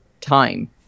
time